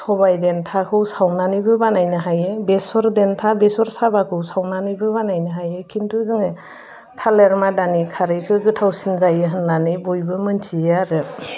सबाय देन्थाखौ सावनानैबो बानायनो हायो बेसर देन्था बेसर साबाखौ सावनानैबो बानायनो हायो किन्थु जोंना थालिर मादानि खारैखो गोथावसिन जायो होनाननै बयबो मिन्थियो आरो